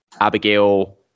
Abigail